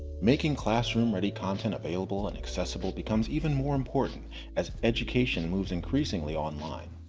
making classroom ready content available and accessible becomes even more important as education moves increasingly online,